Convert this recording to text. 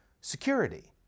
security